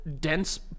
dense